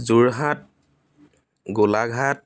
Jorhat Golaghat